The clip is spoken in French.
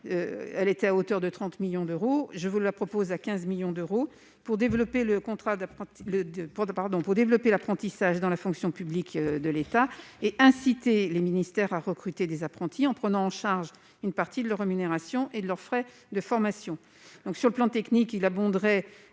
elle était alors de 30 millions d'euros ; j'en propose 15 millions -, pour développer l'apprentissage dans la fonction publique de l'État et inciter les ministères à recruter des apprentis en prenant en charge une partie de leur rémunération et de leurs frais de formation. Sur le plan technique, il abonderait